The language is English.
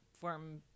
form